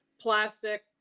plastic